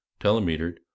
telemetered